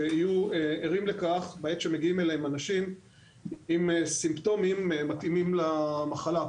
שיהיו ערים לכך בעת שמגיעים אליהם אנשים עם סימפטומים מתאימים למחלה.